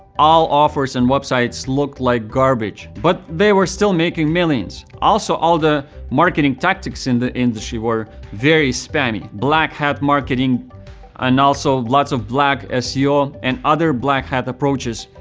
all offers and websites looked like garbage, but they were still making millions. also, all marketing tactics in the industry were very spammy. black hat marketing and also lots of black ah seo and other black hat approaches,